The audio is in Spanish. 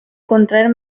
contraer